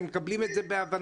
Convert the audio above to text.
הם מקבלים את זה בהבנה,